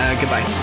goodbye